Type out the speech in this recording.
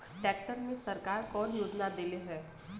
Tractor मे सरकार कवन योजना देले हैं?